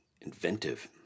inventive